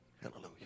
Hallelujah